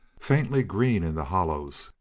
faintly green in the hollows,